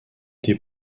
des